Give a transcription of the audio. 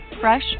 fresh